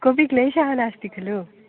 कोपि क्लेशः नास्ति खलु